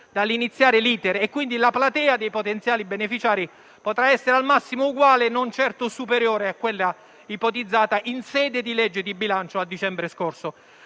dall'iniziare l'*iter*. Quindi, la platea dei potenziali beneficiari potrà essere al massimo uguale, non certo superiore, a quella ipotizzata in sede di legge di bilancio a dicembre scorso.